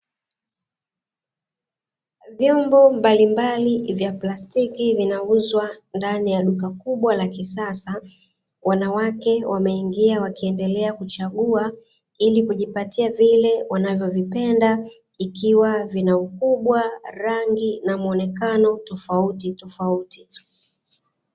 Vyombo mbalimbali vya plastiki vinauzwa ndani ya duka kubwa la kisasa, wanawake wameingia wakiendelea kuchagua, ili kujipatia vile wanavyovipenda ikiwa vina ukubwa, rangi na muonekano tofautitofauti.